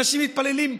אנשים מתפללים,